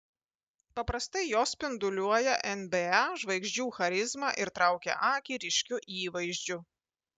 paprastai jos spinduliuoja nba žvaigždžių charizma ir traukia akį ryškiu įvaizdžiu